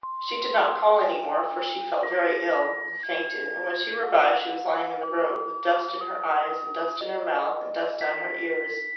she did not call any more, for she felt very ill, and fainted and when she revived she was lying in the road, with dust in her eyes, and dust in her mouth, and dust down her ears.